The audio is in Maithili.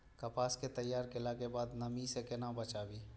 कपास के तैयार कैला कै बाद नमी से केना बचाबी?